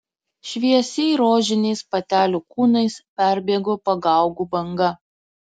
šviesiai rožiniais patelių kūnais perbėgo pagaugų banga